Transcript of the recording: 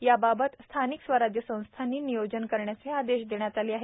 याबाबत स्थानिक स्वराज्य संस्थांनी नियोजन करण्याचे आदेश आहेत